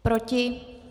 Proti?